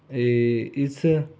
ਏ ਇਸ